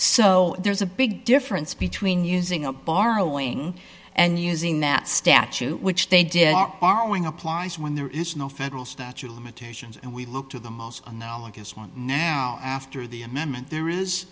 so there's a big difference between using up borrowing and using that statute which they did not borrowing applies when there is no federal statute of limitations and we look to the most analogous one now after the amendment there is